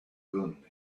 gun